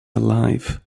alive